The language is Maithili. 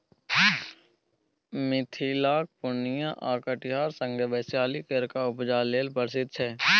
मिथिलाक पुर्णियाँ आ कटिहार संगे बैशाली केराक उपजा लेल प्रसिद्ध छै